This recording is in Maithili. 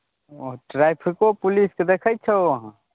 वहाँ ट्रैफिको पुलिसके देखै छहो वहाँ